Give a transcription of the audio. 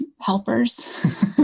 helpers